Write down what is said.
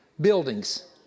buildings